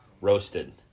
roasted